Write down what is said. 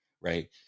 right